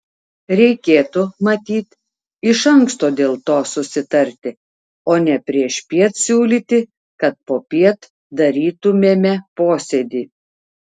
reikėtų matyt iš anksto dėl to susitarti o ne priešpiet siūlyti kad popiet darytumėme posėdį